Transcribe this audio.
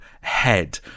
Head